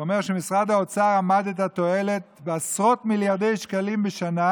הוא אומר שמשרד האוצר אמד את התועלת בעשרות מיליארדי שקלים בשנה,